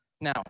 Now